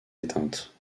éteintes